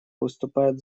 выступает